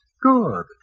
Good